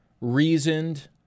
reasoned